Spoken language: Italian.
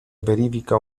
verifica